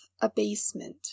abasement